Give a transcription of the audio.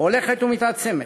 הולכת ומתעצמת.